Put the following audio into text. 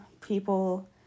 people